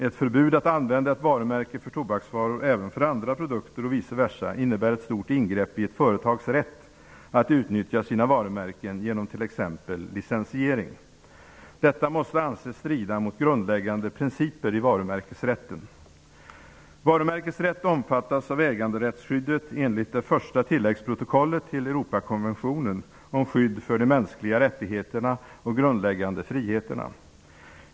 Ett förbud mot att använda ett varumärke för tobaksvaror även för andra produkter och vice versa innebär ett stort ingrepp i ett företags rätt att utnyttja sina varumärken genom t.ex. licensiering. Detta måste anses strida mot grundläggande principer i varumärkesrätten. Europakonventionen om skydd för de mänskliga rättigheterna och grundläggande friheterna.